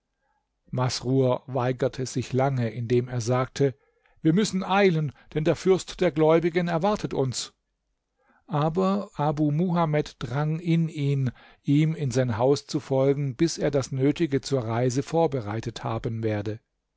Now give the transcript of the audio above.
masrur weigerte sich lange indem er sagte wir müssen eilen denn der fürst der gläubigen erwartet uns aber abu muhamed drang in ihn ihm in sein haus zu folgen bis er das nötige zur reise vorbereitet haben werde